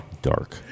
Dark